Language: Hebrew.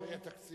לא יהיה תקציב,